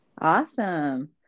awesome